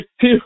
two